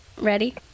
ready